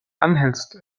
anhältst